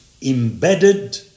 embedded